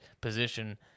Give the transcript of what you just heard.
position